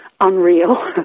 unreal